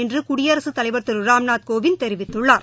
என்று குடியரசுத் தலைவர் திரு ராம்நாத்கோவிந்த் தெரிவித்துள்ளார்